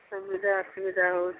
ସୁବିଧା ଅସୁବିଧା